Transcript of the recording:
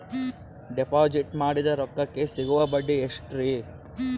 Deposit ಮಾಡಿದ ರೊಕ್ಕಕೆ ಸಿಗುವ ಬಡ್ಡಿ ಎಷ್ಟ್ರೀ?